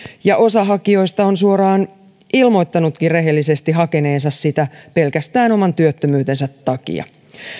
ja osa hakijoista on suoraan ilmoittanutkin rehellisesti hakeneensa sitä pelkästään oman työttömyytensä takia